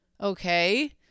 okay